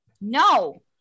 no